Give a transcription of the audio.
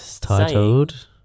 Titled